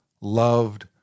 loved